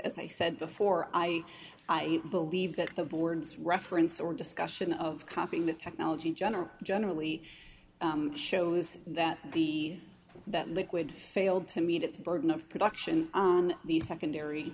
as i said before i believe that the board's reference or discussion of copying the technology in general generally shows that the that liquid failed to meet its burden of production on the secondary